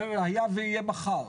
והיה ויהיה מחר,